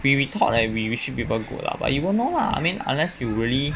we we thought that we wishing people good lah but you will know lah I mean unless you really